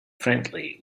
friendly